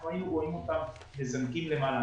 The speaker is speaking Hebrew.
אנחנו היינו רואים אותם מזנקים למעלה.